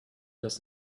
does